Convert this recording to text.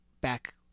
back